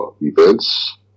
events